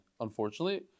unfortunately